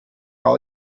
all